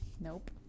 Nope